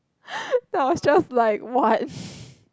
then I was just like what